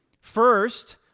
First